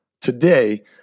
Today